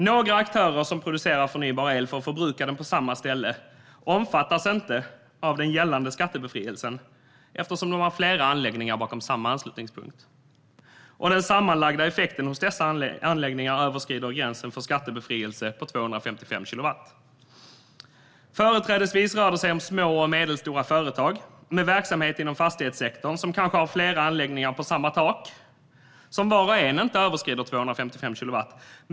Några aktörer som producerar förnybar el för att förbruka den på samma ställe omfattas inte av den gällande skattebefrielsen. Det gäller dem som har flera anläggningar bakom samma anslutningspunkt om den sammanlagda effekten hos dessa anläggningar överskrider gränsen för skattebefrielse på 255 kilowatt. Företrädesvis rör det sig om små och medelstora företag med verksamhet inom fastighetssektorn som kanske har flera anläggningar på samma tak som var och en inte överskrider 255 kilowatt.